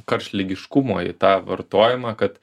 karštligiškumo į tą vartojimą kad